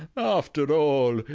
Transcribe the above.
after all,